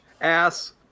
ass